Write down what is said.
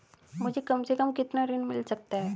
मुझे कम से कम कितना ऋण मिल सकता है?